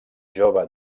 jove